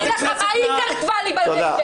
ראית פעם מה היא כתבה לי ברשת?